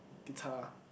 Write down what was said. guitar